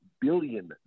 billion